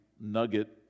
nugget